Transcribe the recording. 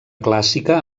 clàssica